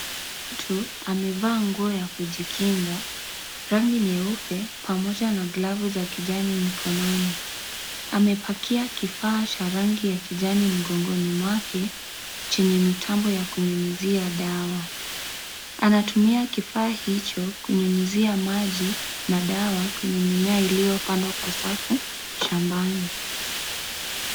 Mtu amevaa nguo ya kujikinga. Rangi nyeupe pamoja na glavu za kijani mkononi. Amepakia kifaa cha rangi ya kijani mgongoni mwake chenye mitambo ya kunyunyizia dawa. Anatumia kifaa hicho kunyunyizia maji na dawa kwenye mmea iliyopandwa kwa safu shambani.